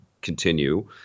continue